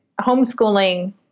homeschooling